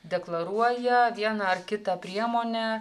deklaruoja vieną ar kitą priemonę